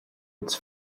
its